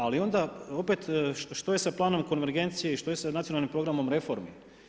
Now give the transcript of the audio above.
Ali onda opet što je sa Planom konvergencije i što je sa Nacionalnim planom reformi.